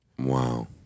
Wow